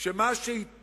שמה